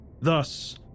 Thus